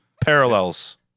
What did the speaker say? Parallels